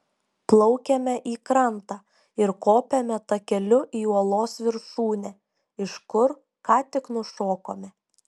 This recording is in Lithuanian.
plaukiame į krantą ir kopiame takeliu į uolos viršūnę iš kur ką tik nušokome